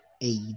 aid